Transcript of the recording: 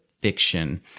fiction